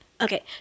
Okay